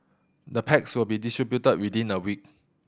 the packs will be distributed within a week